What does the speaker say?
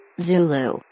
Zulu